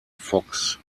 fox